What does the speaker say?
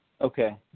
Okay